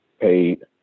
paid